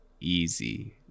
easy